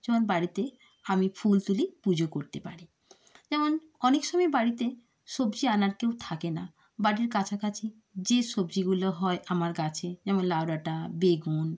যেমন বাড়িতে আমি ফুল তুলি পুজো করতে পারি যেমন অনেক সময় বাড়িতে সবজি আনার কেউ থাকে না বাড়ির কাছাকাছি যে সবজিগুলো হয় আমার গাছে যেমন লাউ ডাঁটা বেগুন